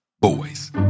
boys